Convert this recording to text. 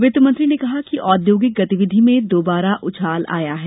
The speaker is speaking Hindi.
वित्तमंत्री ने कहा कि औद्योगिक गतिविधि में दोबारा उछाल आया है